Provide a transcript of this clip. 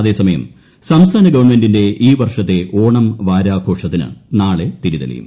അതേസമയം സംസ്ഥാന ഗവൺമെന്റിന്റെ ഈ വർഷത്തെ ഓണം വാരാഘോഷത്തിന് നാളെ തിരിതെളിയും